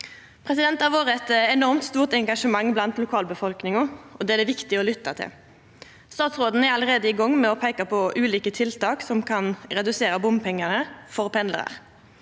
Det har vore eit enormt stort engasjement blant lokalbefolkninga, og det er det viktig å lytta til. Statsråden er allereie i gang med å peika på ulike tiltak som kan redusera bompengane for pendlarar.